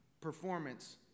performance